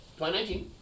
2019